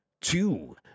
two